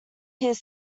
his